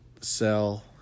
sell